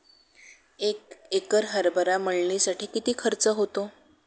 एक एकर हरभरा मळणीसाठी किती खर्च होतो?